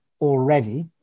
already